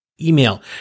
email